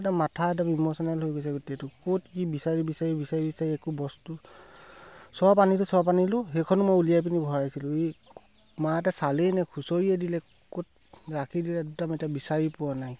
একদম মাথা একদম ইম'চনেল হৈ গৈছে গোটেইটো ক'ত কি বিচাৰি বিচাৰি বিচাৰি বিচাৰি একো বস্তু চব আনিলোঁ চব আনিলোঁ সেইখনো মই উলিয়াই পিনি ভৰাইছিলোঁ এই মাহঁতে চালেই নে খুচৰিয়ে দিলে ক'ত ৰাখি দিলে একদম এতিয়া বিচাৰি পোৱা নাই একদম